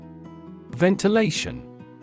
Ventilation